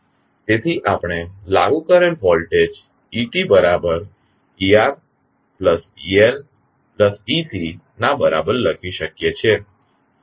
તેથી આપણે લાગુ કરેલ વોલ્ટેજ eteReLec ના બરાબર લખી શકીએ છીએ